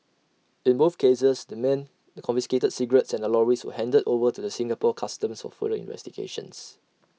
in both cases the men the confiscated cigarettes and the lorries were handed over to the Singapore Customs for further investigations